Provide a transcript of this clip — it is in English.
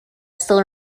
still